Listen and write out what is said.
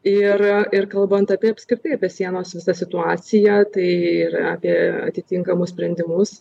ir ir kalbant apie apskritai apie sienos visą situaciją tai ir apie atitinkamus sprendimus